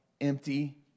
empty